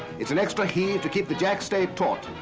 it's an extra heave to keep the jackstay taut,